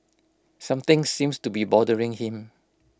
something seems to be bothering him